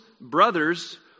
brothers